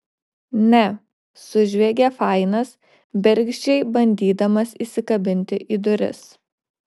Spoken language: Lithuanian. ne sužviegė fainas bergždžiai bandydamas įsikabinti į duris